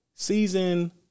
Season